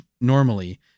normally